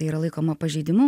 tai yra laikoma pažeidimu